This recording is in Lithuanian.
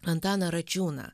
antaną račiūną